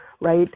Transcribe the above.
right